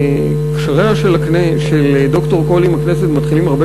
וקשריה של ד"ר קול עם הכנסת מתחילים הרבה